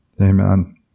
Amen